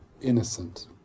innocent